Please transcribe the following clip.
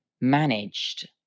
managed